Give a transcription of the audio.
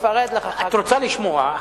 את רוצה לשמוע.